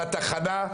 התחנה,